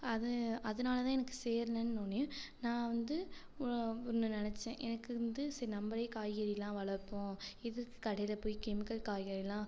அது அதுனால் தான் எனக்கு சேர்லன்னோன்னே நான் வந்து உ ஒன்று நினைச்சேன் எனக்கு வந்து சரி நம்மளே காய்கறியெல்லாம் வளர்ப்போம் எதுக்கு கடையில் போய் கெமிக்கல் காய்கறில்லாம்